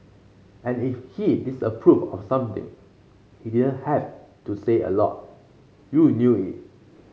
and if he disapproved of something he didn't have to say a lot you knew it